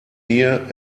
here